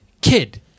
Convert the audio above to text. kid